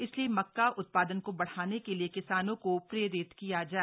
इसलिए मक्का उत्पादन को बढ़ाने के लिए किसानों को प्रेरित किया जाय